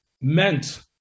meant